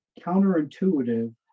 counterintuitive